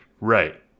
Right